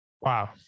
Wow